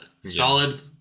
solid